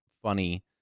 Funny